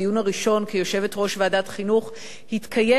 הדיון הראשון כיושבת-ראש ועדת החינוך התקיים